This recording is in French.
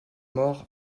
maur